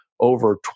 Over